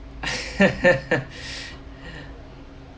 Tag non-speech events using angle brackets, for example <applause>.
<laughs>